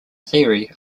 theory